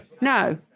No